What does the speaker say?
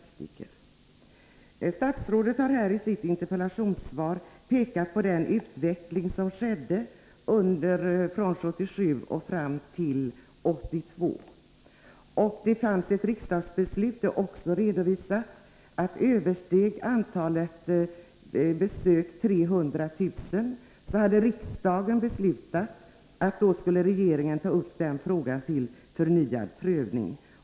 Statsrådet har här i sitt interpellationssvar pekat på den utveckling som skett från 1977 fram till 1982. Det finns också ett riksdagsbeslut, vilket även redovisats. Om antalet besök hos fritidspraktiker översteg 300000 skulle regeringen enligt detta riksdagsbeslut ta upp frågan, till förnyad prövning.